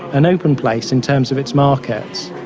an open place in terms of its markets.